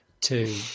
two